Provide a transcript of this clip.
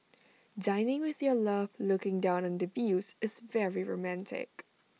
dining with your love looking down on the views is very romantic